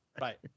Right